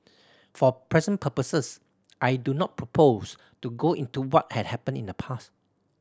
for present purposes I do not propose to go into what had happened in the past